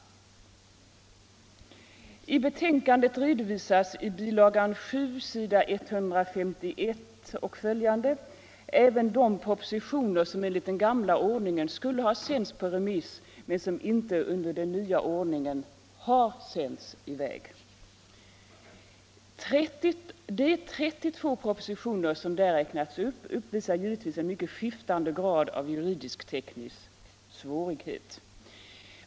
De 32 propositioner som där räknats upp uppvisar givetvis en mycket skiftande grad av juridisk-teknisk svårighet.